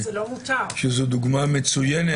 שזו דוגמה מצוינת,